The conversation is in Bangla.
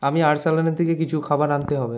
আমি আর্সালানের থেকে কিছু খাবার আনতে হবে